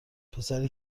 پسری